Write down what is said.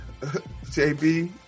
JB